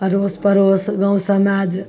अड़ोस पड़ोस गाम समाज